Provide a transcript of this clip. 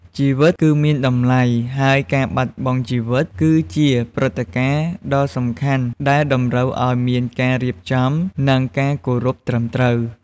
ជីវិតគឺមានតម្លៃ ហើយការបាត់បង់ជីវិតគឺជាព្រឹត្តិការណ៍ដ៏សំខាន់ដែលតម្រូវឱ្យមានការរៀបចំ និងការគោរពត្រឹមត្រូវ។